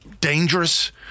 dangerous